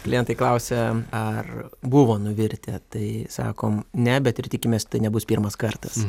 klientai klausia ar buvo nuvirtę tai sakom ne bet ir tikimės tai nebus pirmas kartas